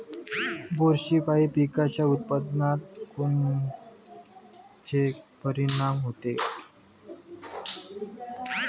बुरशीपायी पिकाच्या उत्पादनात कोनचे परीनाम होते?